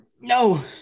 No